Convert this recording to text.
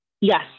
Yes